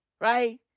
Right